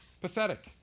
pathetic